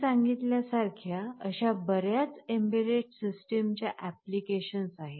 मी सांगितल्या सारख्या अश्या बऱ्याच एम्बेडेड सिस्टम्स च्या ऍप्लिकेशन्स आहेत